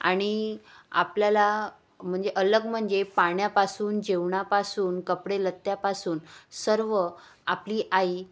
आणि आपल्याला म्हणजे अलग म्हणजे पाण्यापासून जेवणापासून कपडे लत्त्यापासून सर्व आपली आई